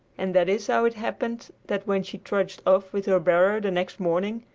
and that is how it happened that, when she trudged off with her barrow the next morning,